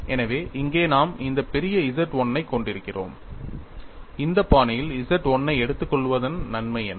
எனவே இங்கே நாம் இந்த பெரிய Z 1 ஐக் கொண்டிருக்கிறோம் இந்த பாணியில் Z 1 ஐ எடுத்துக் கொள்வதன் நன்மை என்ன